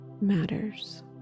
matters